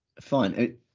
Fine